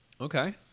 Okay